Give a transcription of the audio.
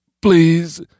Please